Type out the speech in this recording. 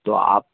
तो आप